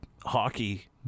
hockey